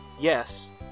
yes